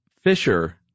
fisher